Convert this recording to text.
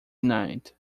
night